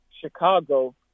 Chicago